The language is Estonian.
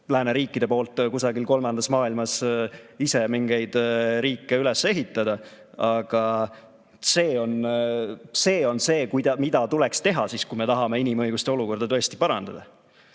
lääneriikidel kusagil kolmandas maailmas ise mingeid riike üles ehitada. Aga see on see, mida tuleks teha siis, kui me tahame inimõiguste olukorda tõesti parandada.